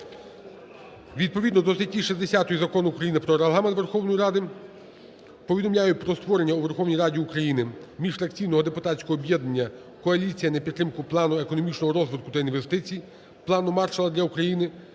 Відповідно до статті 60 Закону України "Про Регламент Верховної Ради" повідомляю про створення у Верховній Раді України міжфракційного депутатського об'єднання "Коаліція на підтримку плану економічного розвитку та інвестицій" "Плану Маршалла" для України.